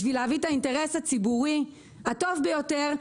בשביל להביא את האינטרס הציבורי הטוב ביותר,